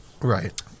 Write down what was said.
Right